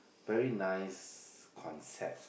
very nice concept